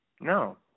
no